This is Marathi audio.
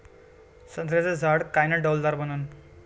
संत्र्याचं झाड कायनं डौलदार बनन?